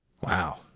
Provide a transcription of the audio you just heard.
Wow